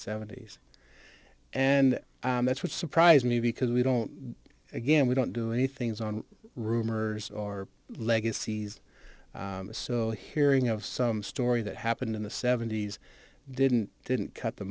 seventy's and that's what surprised me because we don't again we don't do anything as on rumors or legacies so hearing of some story that happened in the seventy's didn't didn't cut the